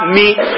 meet